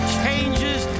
changes